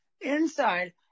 inside